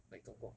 like 总共